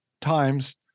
times